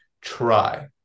try